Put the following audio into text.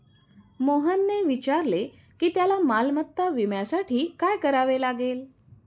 मोहनने विचारले की त्याला मालमत्ता विम्यासाठी काय करावे लागेल?